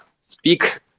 speak